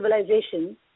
civilization